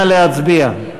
נא להצביע.